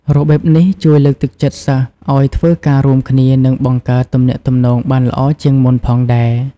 របៀបនេះជួយលើកទឹកចិត្តសិស្សឲ្យធ្វើការរួមគ្នា និងបង្កើតទំនាក់ទំនងបានល្អជាងមុនផងដែរ។